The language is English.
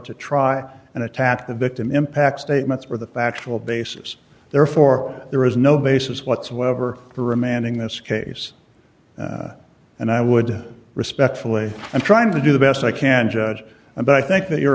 to try and attack the victim impact statements were the factual basis therefore there is no basis whatsoever for remanding this case and i would respectfully and trying to do the best i can judge and i think that you're